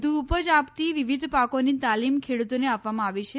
વધુ ઉપજ આપતી વિવિધ પાકોની તાલીમ ખેડૂતોને આપવામાં આવી છે